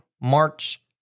March